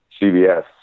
CBS